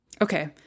okay